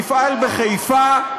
המפעל בחיפה,